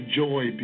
joy